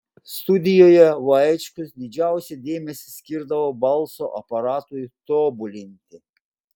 studijoje vaičkus didžiausią dėmesį skirdavo balso aparatui tobulinti